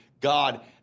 God